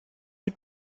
mit